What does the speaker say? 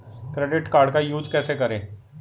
Credit card का use कैसे करें?